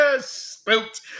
Spooked